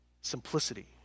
Simplicity